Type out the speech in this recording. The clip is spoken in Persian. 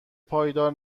پایدار